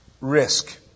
risk